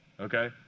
okay